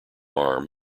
arm